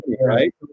right